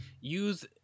use